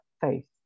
faith